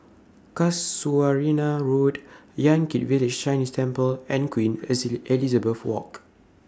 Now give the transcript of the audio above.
Casuarina Road Yan Kit Village Chinese Temple and Queen Elizabeth Walk